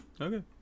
Okay